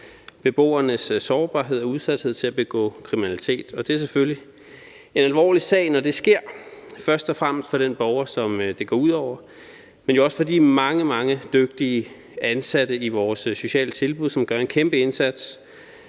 beboernes sårbarhed og udsathed til at begå kriminalitet, og det er selvfølgelig en alvorlig sag, når det sker, først og fremmest for den borger, som det går ud over, men jo også for de mange, mange dygtige ansatte i vores sociale tilbud, som gør en kæmpeindsats,